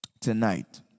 tonight